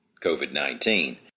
COVID-19